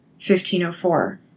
1504